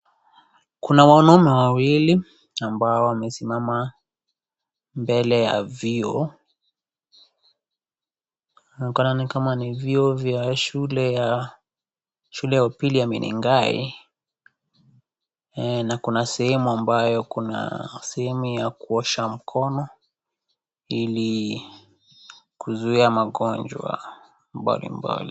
Kuna wanaume wawili ambao wamesimama mbele ya vyoo, inaonekana ni kama ni vyoo vya shule ya shule ya upili ya Menengai, na kuna sehemu ambayo kuna sehemu ya kuosha mikono ili kuzuia magonjwa mbalimbali.